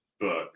book